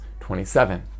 27